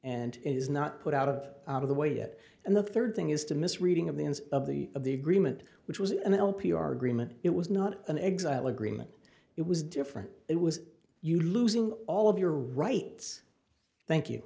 and is not put out of the way it and the third thing is to misreading of the end of the of the agreement which was in l p r agreement it was not an exile agreement it was different it was you losing all of your rights thank you